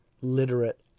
literate